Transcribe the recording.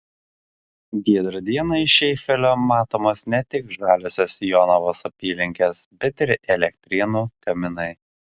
giedrą dieną iš eifelio matomos ne tik žaliosios jonavos apylinkės bet ir elektrėnų kaminai